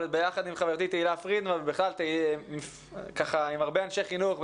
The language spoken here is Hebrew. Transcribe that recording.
אבל ביחד עם חברתי תהלה פרידמן ובכלל עם הרבה אנשי חינוך,